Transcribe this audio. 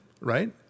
right